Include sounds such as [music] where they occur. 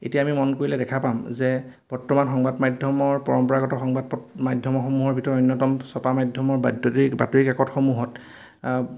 এতিয়া আমি মন কৰিলে দেখা পাম যে বৰ্তমান সংবাদ মাধ্যমৰ পৰম্পৰাগত সংবাদ [unintelligible] মাধ্যমসমূহৰ ভিতৰত অন্যতম চপা মাধ্যমৰ [unintelligible] বাতৰি কাকতসমূহত